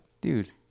dude